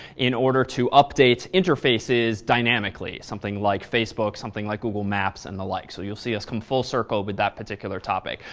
in order to update interfaces dynamically, something like facebook, something like google maps, and the like. so you'll see us come full circle with that particular topic.